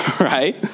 Right